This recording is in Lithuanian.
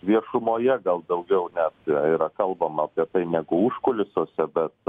viešumoje gal daugiau net yra kalbama apie tai negu užkulisiuose bet